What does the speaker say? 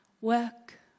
work